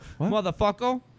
motherfucker